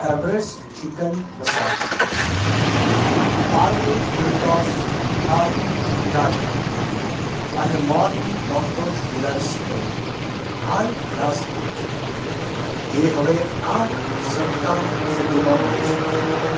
Everest chicken masala Parle full toss Thai sriracha અને Mortein cockroach killer spray હાલ ખલાસ થઈ છે તે હવે આ સપ્તાહ સુધીમાં મળી શકશે